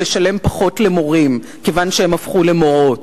לשלם פחות למורים כיוון שהם הפכו למורות.